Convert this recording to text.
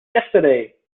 yesterday